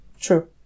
True